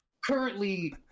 currently